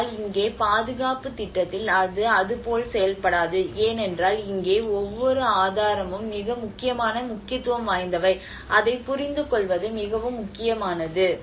ஆனால் இங்கே பாதுகாப்பு திட்டத்தில் அது அதுபோல் செயல்படாது ஏனென்றால் இங்கே ஒவ்வொரு ஆதாரமும் மிக முக்கியமான முக்கியத்துவம் வாய்ந்தவை அதைப் புரிந்துகொள்வது மிகவும் முக்கியமானது